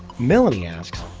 melanie asks,